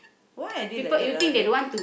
why are they like that ah dear